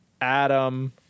Adam